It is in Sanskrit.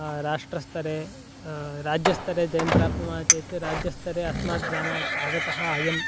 राष्ट्रस्तरे राज्यस्तरे जयं प्राप्नुमः चेत् राज्यस्तरे अस्माद्ग्रामात् आगतः अयं